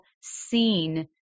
seen